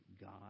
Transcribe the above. God